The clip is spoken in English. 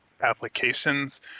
applications